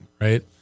right